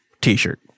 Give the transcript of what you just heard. T-shirt